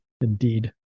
Indeed